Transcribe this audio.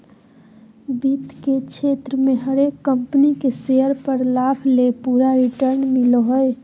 वित्त के क्षेत्र मे हरेक कम्पनी के शेयर पर लाभ ले पूरा रिटर्न मिलो हय